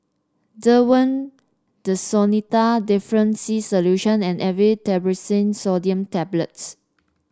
Desowen Desonide Difflam C Solution and Aleve Naproxen Sodium Tablets